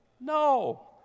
No